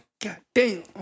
Goddamn